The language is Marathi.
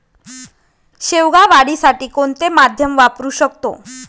शेवगा वाढीसाठी कोणते माध्यम वापरु शकतो?